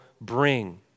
bring